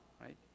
right